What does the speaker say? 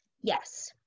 Yes